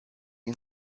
ihn